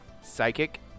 Psychic